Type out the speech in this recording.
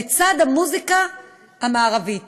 לצד המוזיקה המערבית,